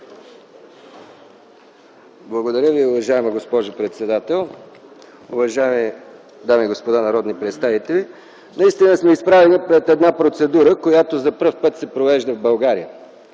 Благодаря Ви, уважаема госпожо председател. Уважаеми дами и господа народни представители, наистина сме изправени пред една процедура, която за пръв път се провежда в България